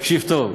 ותקשיב טוב,